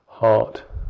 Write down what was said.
Heart